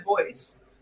voice